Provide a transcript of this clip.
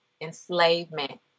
enslavement